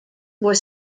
were